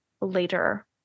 later